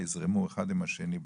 יזרמו אחד עם השני,